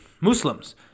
Muslims